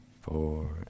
four